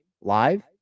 live